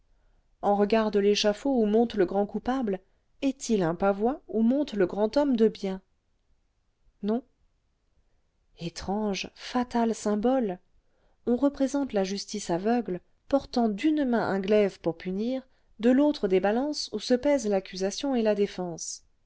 en regard de l'échafaud où monte le grand coupable est-il un pavois où monte le grand homme de bien non étrange fatal symbole on représente la justice aveugle portant d'une main un glaive pour punir de l'autre des balances où se pèsent l'accusation et la défense